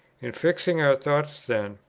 in fixing our thoughts then,